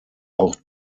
auch